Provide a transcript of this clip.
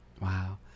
wow